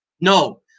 No